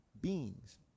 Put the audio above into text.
beings